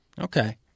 Okay